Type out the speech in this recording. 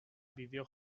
bideo